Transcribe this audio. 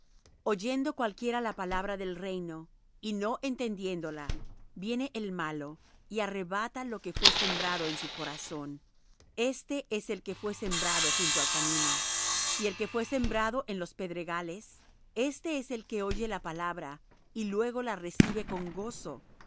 oyendo cualquiera la palabra del reino y no entendiéndola viene el malo y arrebata lo que fué sembrado en su corazón éste es el que fué sembrado junto al camino y el que fué sembrado en pedregales éste es el que oye la palabra y luego la recibe con gozo